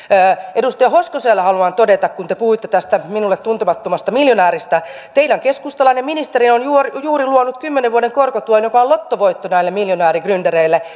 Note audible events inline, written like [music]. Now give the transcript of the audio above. edustaja hoskoselle haluan todeta kun te puhuitte tästä minulle tuntemattomasta miljonääristä teidän keskustalainen ministeri on juuri juuri luonut kymmenen vuoden korkotuen joka on lottovoitto näille miljonäärigryndereille [unintelligible]